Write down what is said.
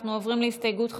אנחנו עוברים להסתייגות מס'